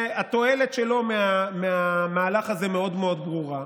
והתועלת שלו מהמהלך הזה מאוד מאוד ברורה,